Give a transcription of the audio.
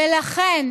ולכן,